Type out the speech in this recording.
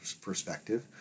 perspective